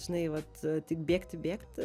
žinai vat tik bėgti bėgti